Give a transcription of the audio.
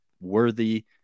worthy